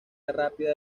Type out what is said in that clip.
rápida